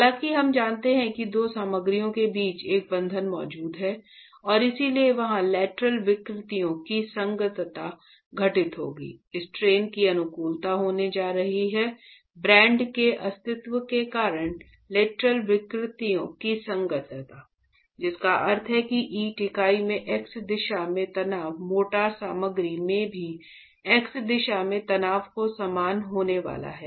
हालांकि हम जानते हैं कि दो सामग्रियों के बीच एक बंधन मौजूद है और इसलिए वहाँ लैटरल विकृतियों की संगतता घटित होगी स्ट्रेन की अनुकूलता होने जा रही है बांड के अस्तित्व के कारण लेटरल विकृतियों की संगतता जिसका अर्थ है कि ईंट इकाई में x दिशा में तनाव मोर्टार सामग्री में भी x दिशा में तनाव के समान होने वाला है